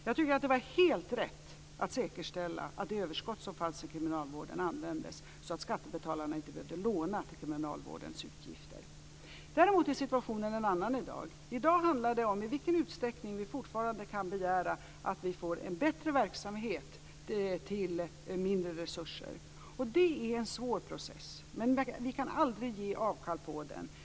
Jag tycker att det var helt rätt att säkerställa att det överskott som fanns i kriminalvården användes så att skattebetalarna inte behövde låna till kriminalvårdens utgifter. Däremot är situationen en annan i dag. I dag handlar det om i vilken utsträckning vi fortfarande kan begära att vi får en bättre verksamhet för mindre resurser. Det är en svår process, men vi kan aldrig ge avkall på den.